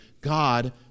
God